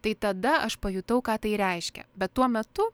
tai tada aš pajutau ką tai reiškia bet tuo metu